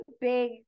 big